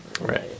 Right